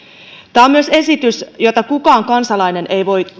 tämä on myös esitys jota kukaan kansalainen ei voi